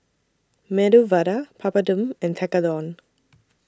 Medu Vada Papadum and Tekkadon